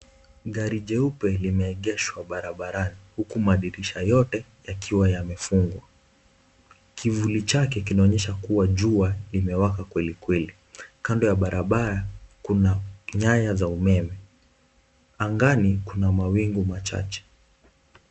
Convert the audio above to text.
Gari jeupe limeegeshwa barabarani, huku madirisha yote yakiwa yamefungwa. Kivuli chake kinaonesha kuwa jua limewaka kweli kweli. Kando ya barabara kuna nyaya za umeme. Angani kuna mawingu machache.